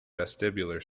vestibular